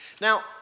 Now